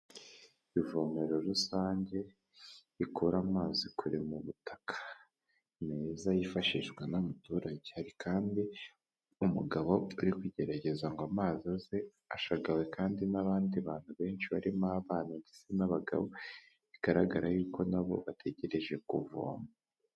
Ivomero rusange rikura amazi kure mu butaka meza, yifashishwa n'abaturage hari kandi umugabo uri kugerageza ngo amazi aze ashagawe kandi n'abandi bantu benshi, barimo abana ndetse n'abagabo, bigaragara yuko nabo bategereje kuvoma.